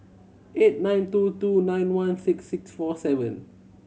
eight nine two two nine one six six four seven